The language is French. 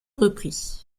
repris